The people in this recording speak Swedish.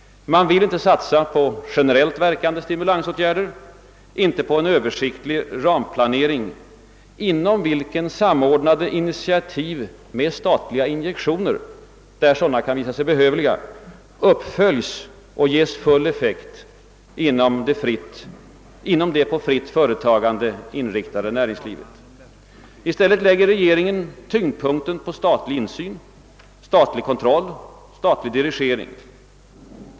Man vill inte satsa på generellt verkande stimulansåtgärder, inte på en översiktlig ramplanering inom vilken samordnade initiativ med statliga in jektioner, där sådana kan visa sig behövliga, följs upp och ges full effekt inom det på fritt företagande inriktade näringslivet. I stället lägger regeringen tyngdpunkten på statlig insyn, kontroll och dirigering.